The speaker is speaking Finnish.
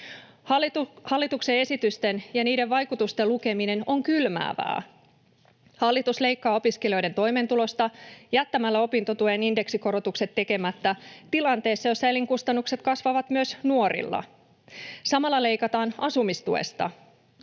Hallituksen esitysten ja niiden vaikutusten lukeminen on kylmäävää. Hallitus leikkaa opiskelijoiden toimeentulosta jättämällä opintotuen indeksikorotukset tekemättä tilanteessa, jossa elinkustannukset kasvavat myös nuorilla. Samalla leikataan asumistuesta.